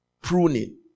Pruning